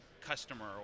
customer